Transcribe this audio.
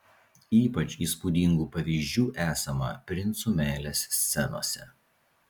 ypač įspūdingų pavyzdžių esama princų meilės scenose